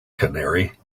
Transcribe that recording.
canary